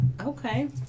Okay